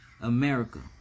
America